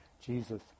Jesus